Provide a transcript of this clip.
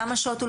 כמה שעות?